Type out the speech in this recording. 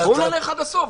בואו נלך עד הסוף,